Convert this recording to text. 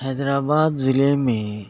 حیدرآباد ضلع میں